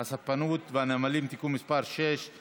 הספנות והנמלים (תיקון מס' 6),